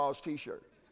t-shirt